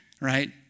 right